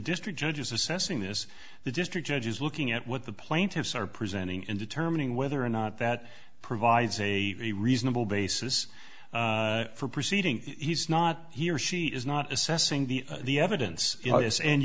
district judges assessing this the district judge is looking at what the plaintiffs are presenting and determining whether or not that provides a reasonable basis for proceeding he's not here she is not assessing the the evidence